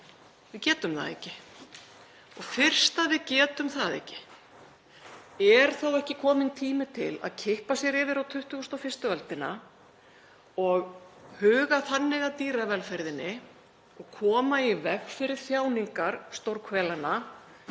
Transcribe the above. Við getum það ekki. Og fyrst við getum það ekki, er þá ekki kominn tími til að kippa sér yfir á 21. öldina og huga þannig að dýravelferðinni og koma í veg fyrir þjáningar stórhvelanna